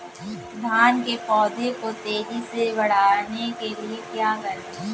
धान के पौधे को तेजी से बढ़ाने के लिए क्या करें?